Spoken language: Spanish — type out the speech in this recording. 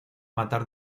matar